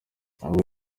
ubwo